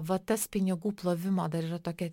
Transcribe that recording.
va tas pinigų plovimo dar yra tokia